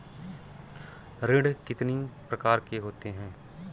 ऋण कितनी प्रकार के होते हैं?